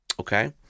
Okay